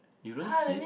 you don't see